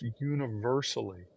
universally